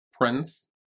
Prince